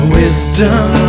wisdom